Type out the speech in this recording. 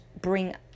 bring